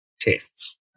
tests